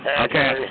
okay